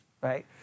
right